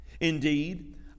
indeed